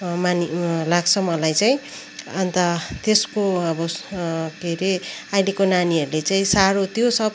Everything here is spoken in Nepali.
मानि लाग्छ मलाई चाहिँ अन्त त्यसको अब के अरे अहिलेको नानीहरूले चाहिँ साह्रो त्यो सब